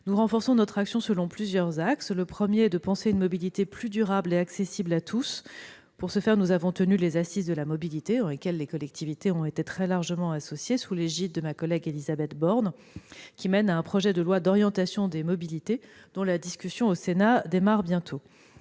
nous renforçons notre action selon plusieurs axes. Le premier consiste à penser une mobilité plus durable et accessible à tous. Pour ce faire, nous avons tenu les assises de la mobilité, auxquelles les collectivités ont été très largement associées, sous l'égide de Mme Élisabeth Borne, dont le projet de loi d'orientation des mobilités sera bientôt discuté au Sénat. Ce projet